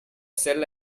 sell